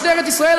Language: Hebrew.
משטרת ישראל,